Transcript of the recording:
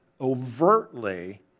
overtly